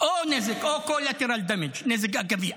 או נזק, או כל collateral damage, נזק אגבי.